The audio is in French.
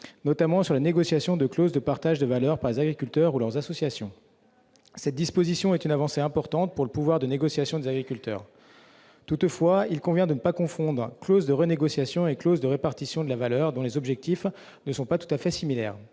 notamment quant à la négociation de clauses de partage de valeur par les agriculteurs ou par leurs associations. Cette disposition est une avancée importante pour le pouvoir de négociation des agriculteurs. Toutefois, il ne faut pas confondre clause de renégociation et clause de répartition de la valeur, dont les objectifs ne sont pas tout à fait similaires.